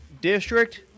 district